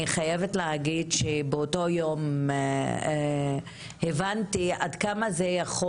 אני חייבת להגיד שבאותו יום הבנתי עד כמה זה יכול